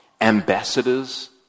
ambassadors